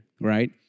right